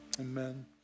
Amen